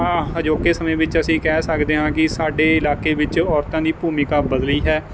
ਹਾਂ ਅਜੋਕੇ ਸਮੇਂ ਵਿੱਚ ਅਸੀਂ ਕਹਿ ਸਕਦੇ ਹਾਂ ਕੀ ਸਾਡੇ ਇਲਾਕੇ ਵਿੱਚ ਔਰਤਾਂ ਦੀ ਭੂਮਿਕਾ ਬਦਲੀ ਹੈ